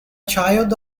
child